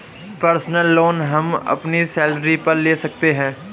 personal loan हम अपनी salary पर ले सकते है